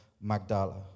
Magdala